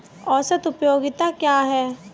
औसत उपयोगिता क्या है?